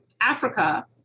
Africa